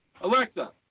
Alexa